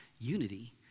unity